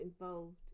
involved